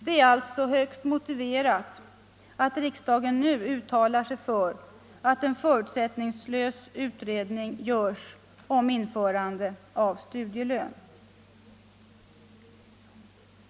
Det är alltså högst motiverat att riksdagen nu uttalar sig för att en förutsättningslös utredning görs om införande av studielön.